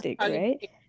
right